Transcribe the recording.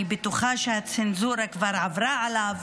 אני בטוחה שהצנזורה כבר עברה עליו,